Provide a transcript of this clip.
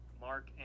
Mark